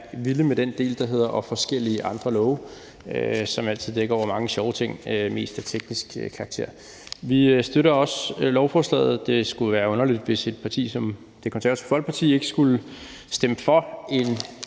vilde med den del, der hedder »og forskellige andre love«, som altid dækker over mange sjove ting, mest af teknisk karakter. Vi støtter også lovforslaget. Det skulle jo være underligt, hvis et parti som Det Konservative Folkeparti ikke skulle stemme for en